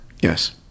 Yes